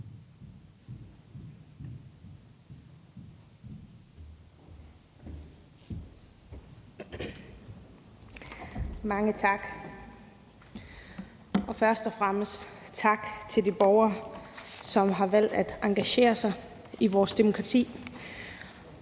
Mange tak. Først og fremmest tak til de borgere, som har valgt at engagere sig i vores demokrati.